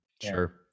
Sure